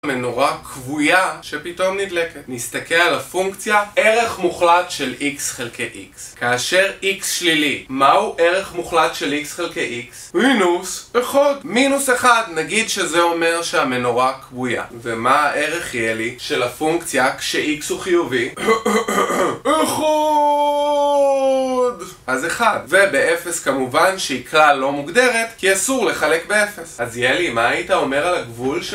מנורה כבויה שפתאום נדלקת נסתכל על הפונקציה ערך מוחלט של x חלקי x כאשר x שלילי מהו ערך מוחלט של x חלקי x? מינוס אחד מינוס אחד נגיד שזה אומר שהמנורה כבויה ומה הערך יהיה לי של הפונקציה כש x הוא חיובי? אהההה אחד אז אחד ובאפס כמובן שהיא כלל לא מוגדרת כי אסור לחלק באפס אז יאלי, מה היית אומר על הגבול של...